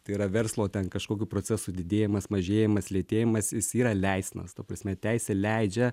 tai yra verslo ten kažkokių procesų didėjimas mažėjimas lėtėjimas yra leistinas ta prasme teisė leidžia